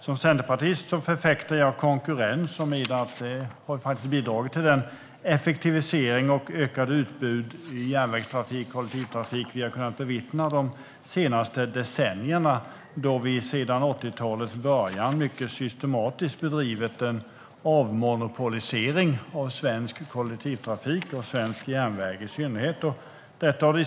Som centerpartist förfäktar jag konkurrens och menar att det har bidragit till den effektivisering och det ökade utbud inom järnvägstrafik och kollektivtrafik som vi har bevittnat de senaste decennierna, då vi sedan 80talets början mycket systematiskt bedrivit en avmonopolisering av svensk kollektivtrafik och i synnerhet svensk järnväg.